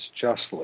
justly